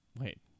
Wait